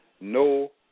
no